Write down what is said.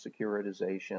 securitization